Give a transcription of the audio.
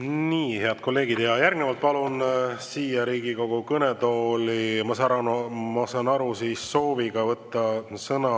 Head kolleegid! Järgnevalt palun siia Riigikogu kõnetooli, ma saan aru, et sooviga võtta sõna